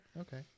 Okay